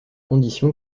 condition